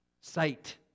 Sight